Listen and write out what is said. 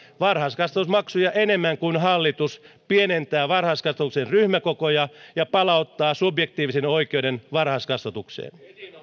varhaiskasvatusmaksuja enemmän kuin hallitus pienentää varhaiskasvatuksen ryhmäkokoja ja palauttaa subjektiivisen oikeuden varhaiskasvatukseen